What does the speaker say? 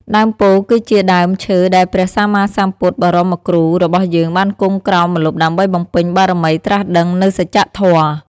ដើមពោធិ៍គឺជាដើមឈើដែលព្រះសម្មាសម្ពុទ្ធបរមគ្រូរបស់យើងបានគង់ក្រោមម្លប់ដើម្បីបំពេញបារមីត្រាស់ដឹងនូវសច្ចធម៌។